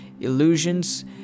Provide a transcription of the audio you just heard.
illusions